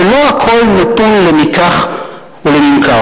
ולא הכול נתון למיקח ולממכר.